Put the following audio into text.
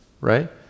right